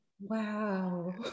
Wow